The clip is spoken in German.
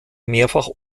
mehrfach